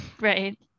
Right